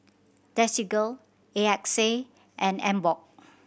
Desigual A X A and Emborg